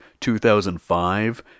2005